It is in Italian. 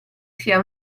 sia